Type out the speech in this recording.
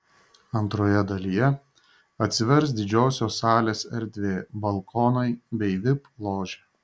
antroje dalyje atsivers didžiosios salės erdvė balkonai bei vip ložė